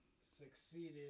succeeded